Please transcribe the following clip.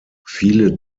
viele